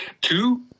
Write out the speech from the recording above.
two